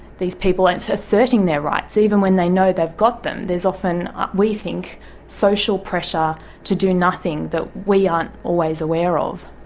these people and so asserting their rights, even when they know they've got them, there is often we think social pressure to do nothing that we aren't always aware of,